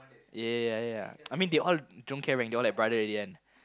ya ya ya I mean they all don't care rank they all like brother already one